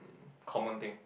common thing